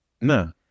No